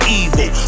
evil